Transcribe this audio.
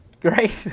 great